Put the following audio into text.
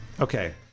Okay